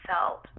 felt